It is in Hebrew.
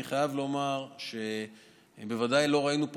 אני חייב לומר שבוודאי שלא ראינו פה